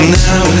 now